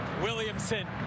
Williamson